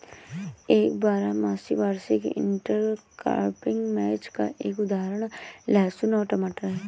एक बारहमासी वार्षिक इंटरक्रॉपिंग मैच का एक उदाहरण लहसुन और टमाटर है